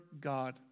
God